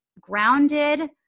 grounded